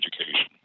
education